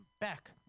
back